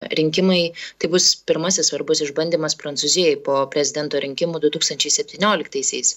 rinkimai tai bus pirmasis svarbus išbandymas prancūzijai po prezidento rinkimų du tūkstančiai septynioliktaisiais